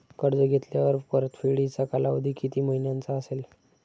कर्ज घेतल्यावर परतफेडीचा कालावधी किती महिन्यांचा असेल?